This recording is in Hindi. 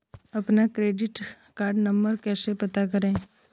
अपना क्रेडिट कार्ड नंबर कैसे पता करें?